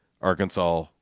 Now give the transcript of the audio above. Arkansas